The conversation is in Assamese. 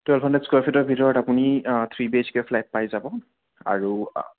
টুৱেল্ভ হানড্ৰেড স্কোৱাৰ ফিটৰ ভিতৰত আপুনি থ্ৰি বিএইচকে ফ্লেট পাই যাব আৰু